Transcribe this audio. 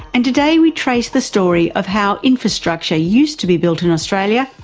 and today we trace the story of how infrastructure used to be built in australia,